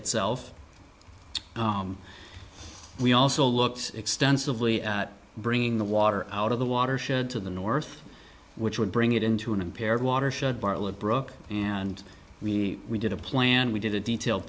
itself we also looked extensively at bringing the water out of the watershed to the north which would bring it into an unpaired watershed barlett brook and we did a plan we did a detailed